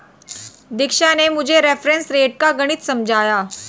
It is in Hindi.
दीक्षा ने मुझे रेफरेंस रेट का गणित समझाया